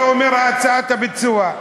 אתה אומר: האצת הביצוע.